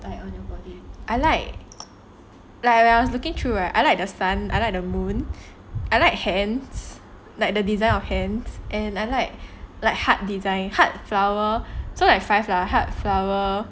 I like like when I was looking through right I like the sun I like the moon I like hands like the design of hands and I like like heart design heart flower so like five lah heart flower